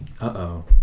Uh-oh